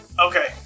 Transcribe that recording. Okay